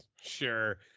Sure